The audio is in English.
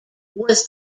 was